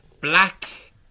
black